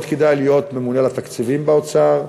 כדאי מאוד להיות הממונה על התקציבים באוצר,